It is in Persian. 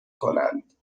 کنند